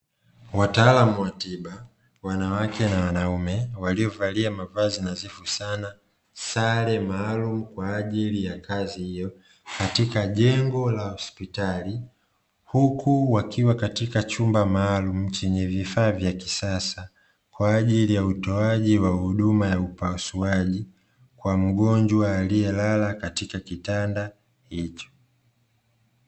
Wataalamu wa tiba wanawake na wanaume waliovalia mavazi nadhifu sana, sare maalumu kwa ajili ya kazi hiyo katika jengo la hospitali, huku wakiwa katika chumba maalumu chenye vifaaa vya kisasa, kwa ajili ya utoaji wa huduma ya upasuaji kwa mgonjwa aliyelala katika kitanda hicho.